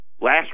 Last